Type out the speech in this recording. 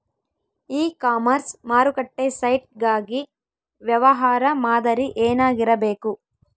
E commerce ಮಾರುಕಟ್ಟೆ site ಗಾಗಿ ವ್ಯವಹಾರ ಮಾದರಿ ಏನಾಗಿರಬೇಕು?